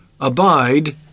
abide